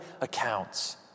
accounts